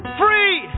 free